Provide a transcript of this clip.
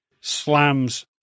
slams